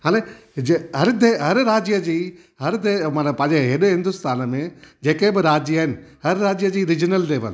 हले जीअं हर दे हर राज्य जी हर दे माना पंहिंजे अहिड़े हिंदुस्तान में जेके बि राज्य आहिनि हर राज्य जी रिजनल लेवल